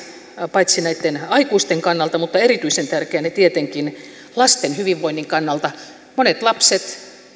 paitsi näitten aikuisten kannalta niin erityisen tärkeänä tietenkin lasten hyvinvoinnin kannalta monet lapset